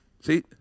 See